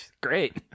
Great